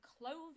clothing